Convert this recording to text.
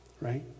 right